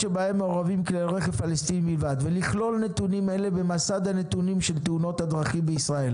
"ולכלול נתונים אלה במסד הנתונים של תאונות הדרכים בישראל.